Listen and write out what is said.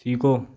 सीखो